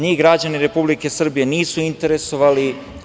Njih rađani Republike Srbije nisu interesovali.